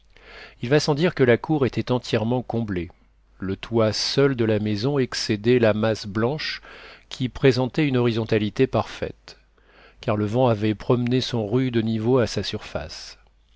il va sans dire que la cour était entièrement comblée le toit seul de la maison excédait la masse blanche qui présentait une horizontalité parfaite car le vent avait promené son rude niveau à sa surface